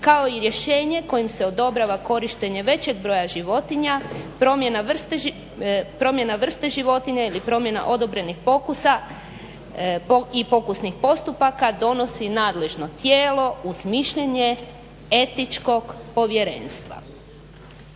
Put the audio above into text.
kao i rješenje kojim se odobrava korištenje većeg broja životinja, promjena vrste životinja ili promjena odobrenih pokusa i pokusnih postupaka donosi nadležno tijelo uz mišljenje Etičkog povjerenstva.